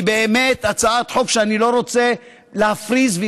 היא באמת הצעת חוק שאני לא רוצה להפריז בחשיבותה.